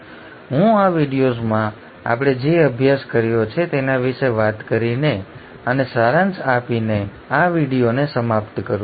તો ચાલો હું આ વિડિઓમાં આપણે જે અભ્યાસ કર્યો છે તેના વિશે વાત કરીને અને સારાંશ આપીને આ વિડિઓને સમાપ્ત કરું છું